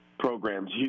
programs